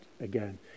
again